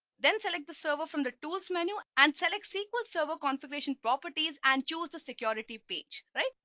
then select the server from the tools menu and select sql server configuration properties and choose the security page, right?